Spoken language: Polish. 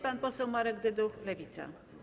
Pan poseł Marek Dyduch, Lewica.